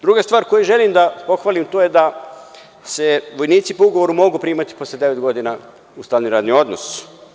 Druga stvar koju želim da pohvalim, to je da se vojnici po ugovoru mogu primati posle devet godina u stalni radni odnos.